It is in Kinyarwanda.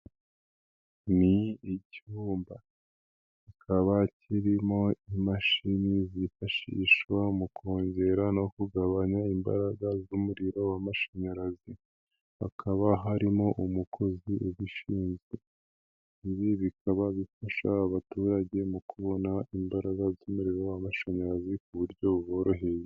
Ni icyumba. Kikaba kirimo imashini zifashishwa mu kongera no kugabanya imbaraga z'umuriro w'amashanyarazi. Hakaba harimo umukozi ubishinzwe. Ibi bikaba bifasha abaturage mu kubona imbaraga z'umuriro w'amashanyarazi ku buryo buboroheye.